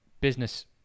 business